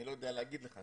אני לא יודע להגיד לך,